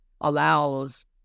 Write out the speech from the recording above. allows